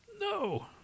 No